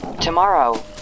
tomorrow